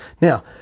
now